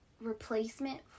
replacement